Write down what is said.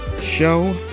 show